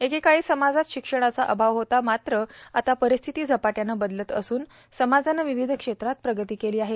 एकेकाळी समाजात शिक्षणाचा अभाव होता मात्र आता परिस्थिती झपाटयाने बदलत असून समाजाने विविध क्षेत्रात प्रगती केली आहे